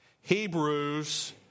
Hebrews